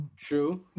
true